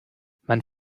man